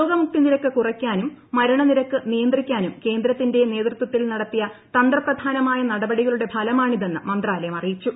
രോഗമുക്തി നിരക്ക് കുറയ്ക്കാനും മരണനിരക്ക് നിയന്ത്രിക്കാനും കേന്ദ്രത്തിന്റെ നേതൃത്വത്തിൽ നടത്തിയ തന്ത്രപ്രധാനമായ നടപടികളുടെ ഫലമാണിതെന്ന് മന്ത്രാലയം അറിയിച്ചു